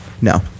No